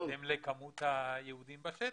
זה בהתאם לכמות היהודים בשטח.